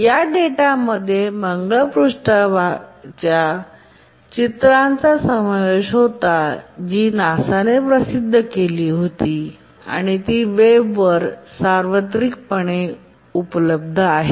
या डेटामध्ये मंगळ पृष्ठाच्या चित्राचा समावेश होता जी नासाने प्रसिद्ध केली होती आणि ती वेबवर सार्वजनिक पणे उपलब्ध आहेत